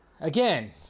Again